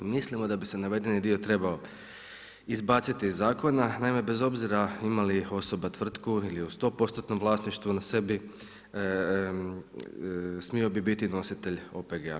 Mislimo da bi se navedeni dio trebao izbaciti iz zakona naime bez obzira ima li osoba tvrtku ili je u 100%-tnom vlasništvu na sebi smio bi biti nositelj OPG-a.